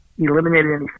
eliminated